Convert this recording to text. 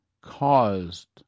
caused